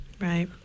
Right